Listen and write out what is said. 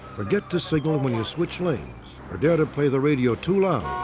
forget to signal and when you switch lanes or dare to play the radio too loud